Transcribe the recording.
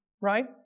Right